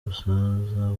musaza